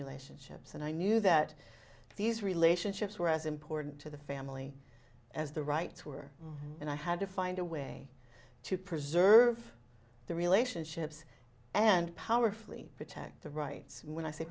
relationships and i knew that these relationships were as important to the family as the rights were and i had to find a way to preserve the relationships and powerfully protect the rights when i s